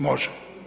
Može.